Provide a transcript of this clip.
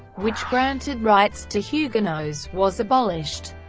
which granted rights to huguenots, was abolished.